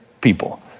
people